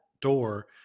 door